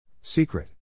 Secret